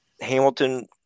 Hamilton